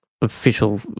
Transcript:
official